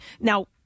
now